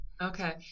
okay